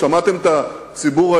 שמעתם את הציבור,